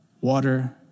water